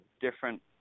different